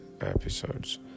episodes